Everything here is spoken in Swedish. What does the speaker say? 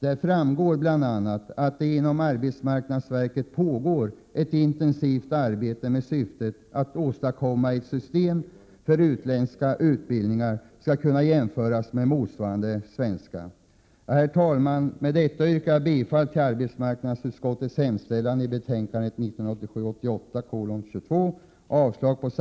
Där framgår bl.a. att det inom arbetsmarknadsverket pågår ett intensivt arbete i syfte att åstadkomma ett system för att jämföra utländska utbildningar med motsvarande svenska. Herr talman! Med detta yrkar jag bifall till arbetsmarknadsutskottets